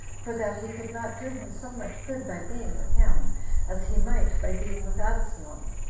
for that he could not do him so much good by being with him as he might by being with absalom.